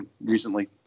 recently